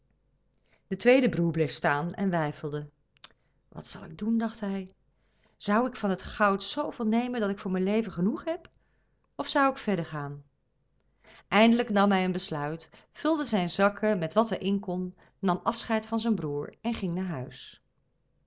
de tweede broeder bleef staan en weifelde wat zal ik doen dacht hij zou ik van het goud zooveel nemen dat ik voor mijn leven genoeg heb of zou ik verder gaan eindelijk nam hij een besluit vulde zijn zakken met wat er in kon nam afscheid van zijn broêr en ging naar huis